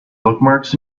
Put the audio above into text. bookmarks